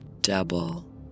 double